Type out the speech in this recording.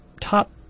top